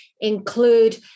include